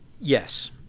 Yes